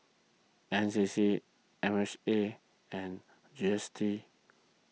N C C M H A and G S T